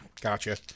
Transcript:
Gotcha